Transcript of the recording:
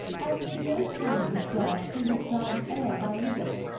else would no crowned dog pollute god's air by living.